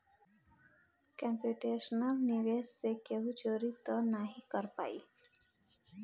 computational निवेश से केहू चोरी तअ नाही कर पाई